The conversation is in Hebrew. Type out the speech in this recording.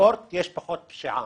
ספורט יש פחות פשיעה,